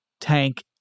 tank